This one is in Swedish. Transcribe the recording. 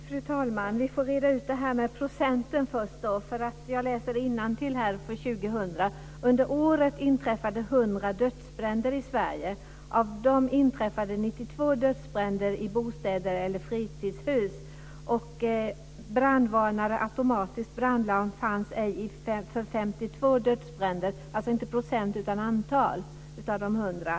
Fru talman! Vi får reda ut detta med procenten först. Jag läser innantill ur statistiken för år 2000. Under året inträffade 100 dödsbränder i Sverige. Av dem inträffade 92 dödsbränder i bostäder eller fritidshus. Brandvarnare eller automatiskt brandlarm fanns ej vid 52 dödsbränder. Det är alltså inte procent utan antal av de 100.